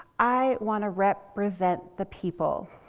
i want to represent the people.